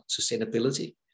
sustainability